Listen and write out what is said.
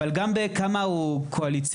אבל גם בכמה הוא קואליציוני,